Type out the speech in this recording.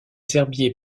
herbiers